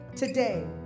Today